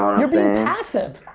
you're being passive.